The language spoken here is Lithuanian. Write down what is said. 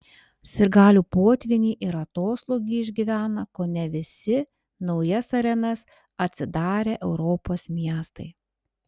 sirgalių potvynį ir atoslūgį išgyvena kone visi naujas arenas atsidarę europos miestai